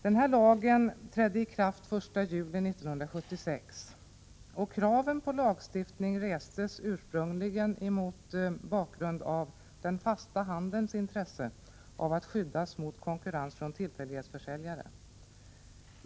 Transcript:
Den här lagen trädde i kraft den 1 juli 1976. Kraven på lagstiftning restes urspungligen mot bakgrund av den fasta handelns intresse av att skyddas mot konkurrens från tillfällighetsförsäljare.